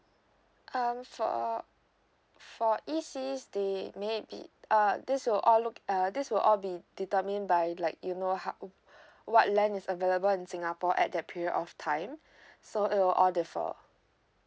um for for E_C they may be uh this will all look uh this will all be determined by like you know ho~ what land is available in singapore at that period of time so it will all differ